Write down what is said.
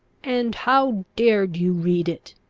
and how dared you read it?